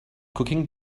cooking